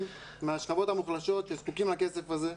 מהשכבות המוחלשות שזקוקים לכסף הזה.